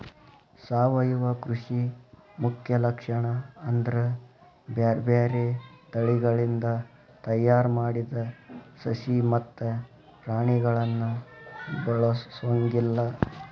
ಸಾವಯವ ಕೃಷಿ ಮುಖ್ಯ ಲಕ್ಷಣ ಅಂದ್ರ ಬ್ಯಾರ್ಬ್ಯಾರೇ ತಳಿಗಳಿಂದ ತಯಾರ್ ಮಾಡಿದ ಸಸಿ ಮತ್ತ ಪ್ರಾಣಿಗಳನ್ನ ಬಳಸೊಂಗಿಲ್ಲ